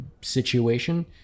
situation